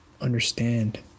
understand